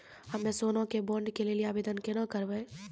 हम्मे सोना के बॉन्ड के लेली आवेदन केना करबै?